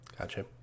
Gotcha